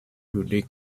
unique